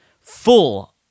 full